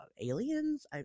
aliens